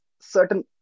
certain